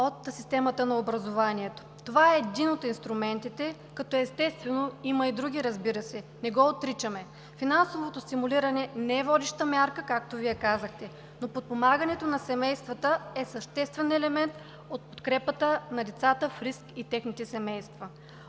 от системата на образованието. Това е един от инструментите, като естествено има и други, разбира се, не го отричаме. Финансовото стимулиране не е водеща мярка, както Вие казахте, но подпомагането на семействата е съществен елемент от подкрепата на децата в риск и техните семейства.